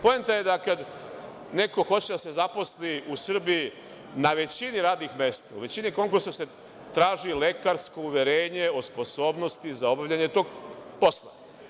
Poenta je da kada neko hoće da se zaposli u Srbiji na većini radnih mesta, u većini konkursa se traži lekarsko uverenje o sposobnosti za obavljanje tog posla.